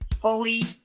fully